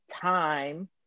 time